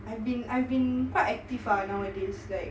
I've been I've been quite active lah nowadays like